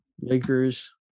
Lakers